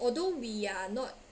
although we are not